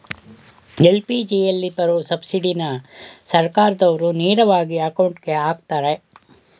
ಎಲ್.ಪಿ.ಜಿಯಲ್ಲಿ ಬರೋ ಸಬ್ಸಿಡಿನ ಸರ್ಕಾರ್ದಾವ್ರು ನೇರವಾಗಿ ಅಕೌಂಟ್ಗೆ ಅಕ್ತರೆ